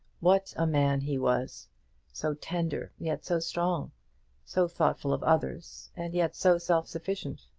what a man he was so tender, yet so strong so thoughtful of others, and yet so self-sufficient!